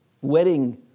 wedding